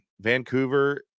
Vancouver